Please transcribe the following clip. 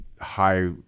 high